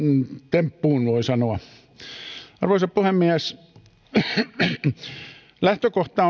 temppuun voi sanoa arvoisa puhemies lähtökohta